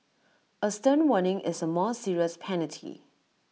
A stern warning is A more serious penalty